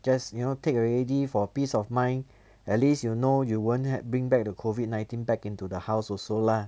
just you know take already for peace of mind at least you know you won't bring back the COVID nineteen back into the house also lah